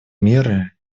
меры